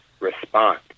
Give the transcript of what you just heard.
respond